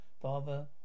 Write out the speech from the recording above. father